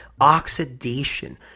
Oxidation